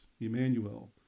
Emmanuel